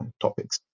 topics